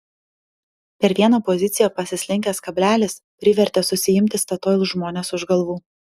per vieną poziciją pasislinkęs kablelis privertė susiimti statoil žmones už galvų